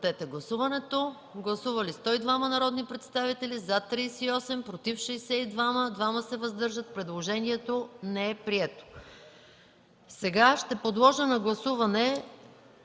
Сега ще подложа на гласуване